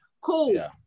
cool